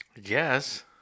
Yes